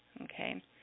okay